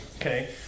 okay